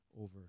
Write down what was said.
over